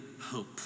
hope